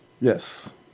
Yes